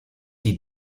die